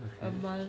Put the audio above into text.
a month